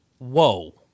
whoa